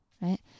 right